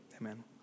amen